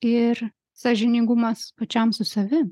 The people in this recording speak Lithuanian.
ir sąžiningumas pačiam su savim